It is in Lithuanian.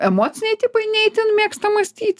emociniai tipai ne itin mėgsta mąstyti